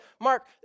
Mark